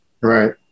Right